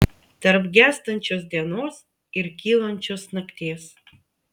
tarp gęstančios dienos ir kylančios nakties